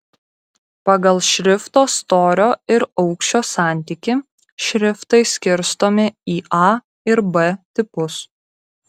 pagal šrifto storio ir aukščio santykį šriftai skirstomi į a ir b tipus